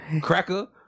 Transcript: cracker